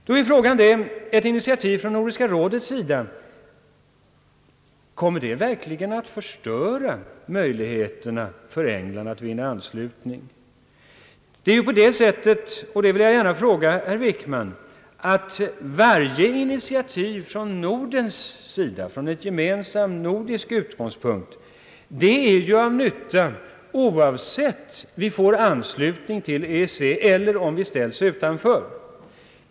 Då är frågan: Kommer ett initiativ från Nordiska rådets sida verkligen att förstöra möjligheterna för England att vinna anslutning? Varje initiativ från Nordens sida med en gemensam nordisk utgångspunkt är till nytta oavsett om vi får anslutning till EEC eller om vi ställs utanför.